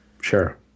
Sure